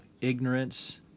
ignorance